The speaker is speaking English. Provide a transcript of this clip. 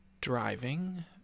driving